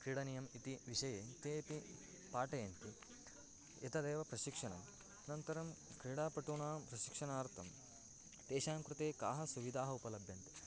क्रीडनीयम् इति विषये तेऽपि पाठयन्ति एतदेव प्रशिक्षणम् अनन्तरं क्रीडापटूनां प्रशिक्षणार्थं तेषां कृते काः सुविधाः उपलभ्यन्ते